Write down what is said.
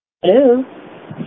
Hello